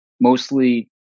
mostly